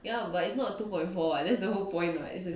ya but it's not a two point four [one] [what] that's the whole point [what] it's a